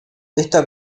esta